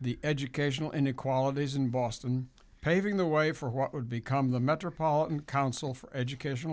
the educational inequalities in boston paving the way for what would become the metropolitan council for educational